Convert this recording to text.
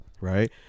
right